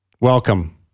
Welcome